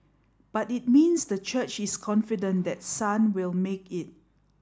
but it means the church is confident that sun will make it